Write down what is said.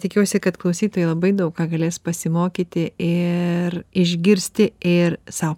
tikiuosi kad klausytojai labai daug ką galės pasimokyti ir išgirsti ir sau